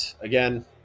again